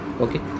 okay